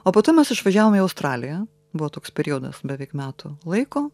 o po to mes išvažiavom į australiją buvo toks periodas beveik metų laiko